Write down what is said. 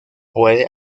puede